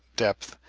depth,